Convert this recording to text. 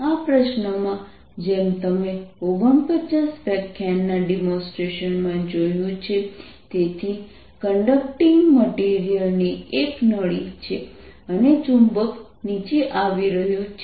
આ પ્રશ્નમાં જેમ તમે 49 વ્યાખ્યાનના ડેમોન્સ્ટ્રેશનમાં જોયું છે તેથી કન્ડક્ટિંગ મટીરીયલ ની એક નળી છે અને ચુંબક નીચે આવી રહ્યું છે